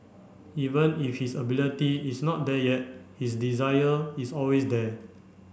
even if his ability is not there yet his desire is always there